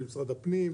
במשרד הפנים,